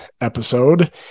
episode